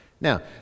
Now